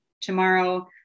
tomorrow